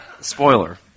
Spoiler